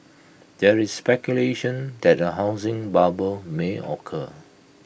there is speculation that A housing bubble may occur